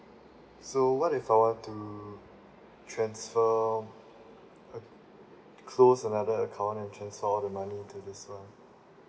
so what if I would to transfer close another account and transfer all the money to this one